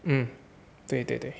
mm 对对对